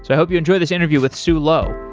so hope you enjoy this interview with sue loh